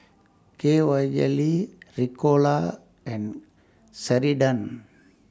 K Y Jelly Ricola and Ceradan